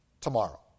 tomorrow